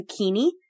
zucchini